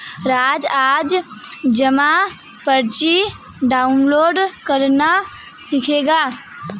राज आज जमा पर्ची डाउनलोड करना सीखेगा